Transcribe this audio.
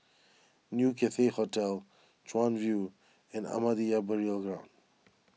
New Cathay Hotel Chuan View and Ahmadiyya Burial Ground